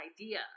idea